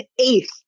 eighth